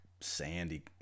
sandy